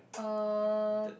uh